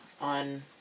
on